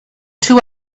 two